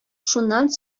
шуннан